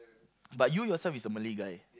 but you yourself is a Malay guy